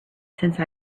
since